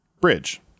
bridge